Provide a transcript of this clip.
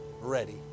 ready